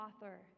author